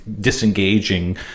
disengaging